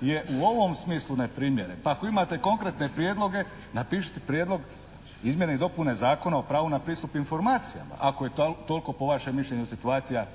je u svom smislu neprimjereno. Pa ako imate konkretne prijedloge napišite prijedlog izmjene i dopune Zakona o pravu na pristup informacijama ako je toliko po vašem mišljenju situacija